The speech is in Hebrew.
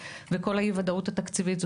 ההתמודדות עם האי-ודאות התקציבית ועוד.